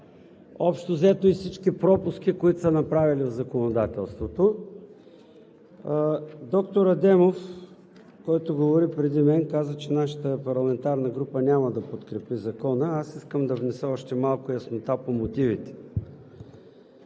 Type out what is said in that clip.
общо взето и всички пропуски, които са направили в законодателството. Доктор Адемов, който говори преди мен, каза, че нашата парламентарна група няма да подкрепи Закона. Аз искам да внеса още малко яснота по мотивите.